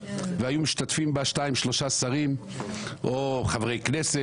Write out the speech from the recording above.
והיו משתתפים בה שניים-שלושה שרים או חברי כנסת,